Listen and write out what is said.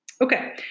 Okay